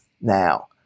now